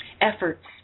efforts